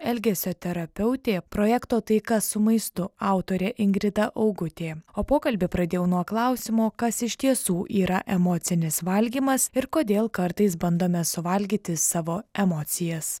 elgesio terapeutė projekto taika su maistu autorė ingrida augutė o pokalbį pradėjau nuo klausimo kas iš tiesų yra emocinis valgymas ir kodėl kartais bandome suvalgyti savo emocijas